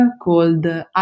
called